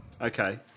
Okay